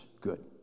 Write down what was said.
good